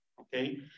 okay